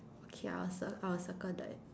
K I'll cir~ I'll circle that